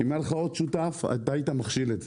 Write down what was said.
אם היה לך עוד שותף אתה היית מכשיל את זה.